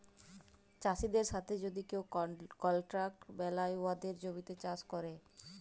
চাষীদের সাথে যদি কেউ কলট্রাক্ট বেলায় উয়াদের জমিতে চাষ ক্যরে